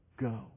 Go